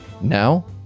Now